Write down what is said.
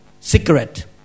cigarette